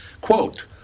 Quote